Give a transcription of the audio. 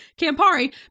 Campari